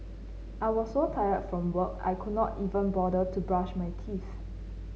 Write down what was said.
I was so tired from work I could not even bother to brush my teeth